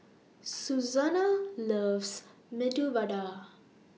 Susannah loves Medu Vada